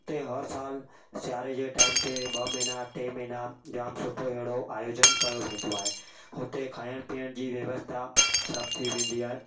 हुते हर साल सियारे जे टाइम ते ॿ महीना टे महीना जाम सुठो अहिड़ो आयोजन कयो वेंदो आहे हुते खाइण पीअण जी व्यवस्था सभु थी वेंदी आहे